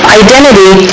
identity